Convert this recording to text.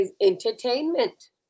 Entertainment